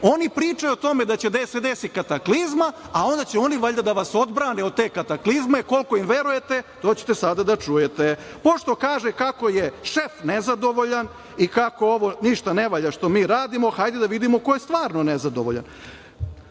Oni pričaju o tome da će da desi kataklizma, a onda će oni valjda da vas odbrane od te kataklizme, koliko im verujete, to ćete sada da čujete. Pošto kaže kako je šef nezadovoljan i kako ovo ništa ne valja što mi radimo, hajde da vidimo ko je stvarno nezadovoljan.